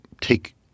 take